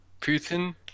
Putin